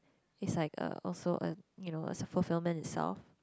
it's like a also a you know as a fulfillment itself